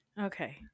okay